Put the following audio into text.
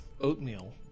oatmeal